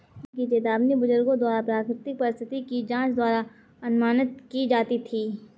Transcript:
मौसम की चेतावनी बुजुर्गों द्वारा प्राकृतिक परिस्थिति की जांच द्वारा अनुमानित की जाती थी